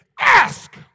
ask